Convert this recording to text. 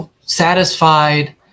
satisfied